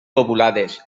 lobulades